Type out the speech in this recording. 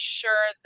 sure